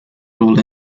role